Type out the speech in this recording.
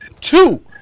Two